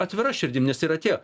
atvira širdim nes ir atėjo